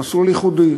שהוא מסלול ייחודי,